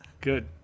Good